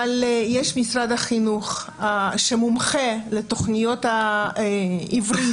אבל יש משרד החינוך שמומחה לתכניות העברית,